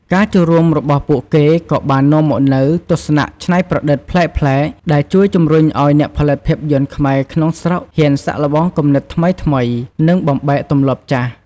ការចូលរួមរបស់ពួកគេក៏បាននាំមកនូវ ទស្សនៈច្នៃប្រឌិត ប្លែកៗ ដែលជួយជំរុញឱ្យអ្នកផលិតភាពយន្តខ្មែរក្នុងស្រុកហ៊ានសាកល្បងគំនិតថ្មីៗ និងបំបែកទម្លាប់ចាស់។